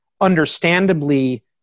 understandably